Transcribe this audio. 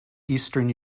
eastern